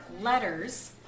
letters